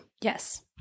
Yes